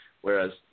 Whereas